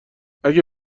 اگه